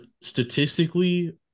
statistically